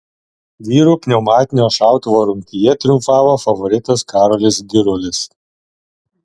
vyrų pneumatinio šautuvo rungtyje triumfavo favoritas karolis girulis